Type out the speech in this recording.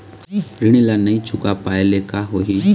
ऋण ला नई चुका पाय ले का होही?